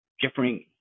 different